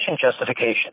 justification